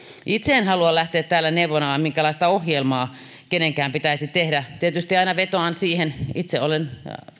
itse en halua täällä lähteä neuvomaan minkälaista ohjelmaa kenenkin pitäisi tehdä tietysti aina vetoan siihen että itse olen